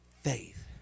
faith